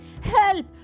Help